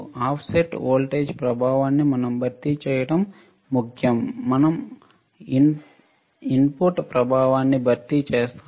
offset voltage ప్రభావాన్ని మనం భర్తీ చేయడం ముఖ్యo మనం ఇన్పుట్ ప్రభావాన్ని భర్తీ చేస్తాము